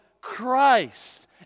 Christ